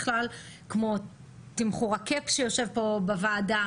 כמו תמחור הקאפ שיושב פה בוועדה.